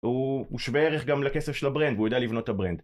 הוא שווה ערך גם לכסף של הברנד והוא יודע לבנות ת'ברנד